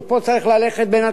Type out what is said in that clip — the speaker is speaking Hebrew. כי פה צריך ללכת בין הטיפות,